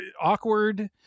Awkward